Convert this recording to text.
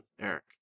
Eric